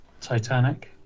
titanic